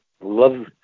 love